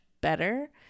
better